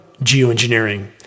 geoengineering